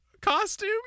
costume